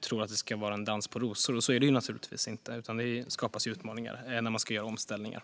tror att det ska vara en dans på rosor. Så är det naturligtvis inte, utan det skapas utmaningar när man ska göra omställningar.